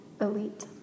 elite